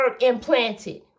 implanted